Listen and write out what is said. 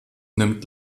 nimmt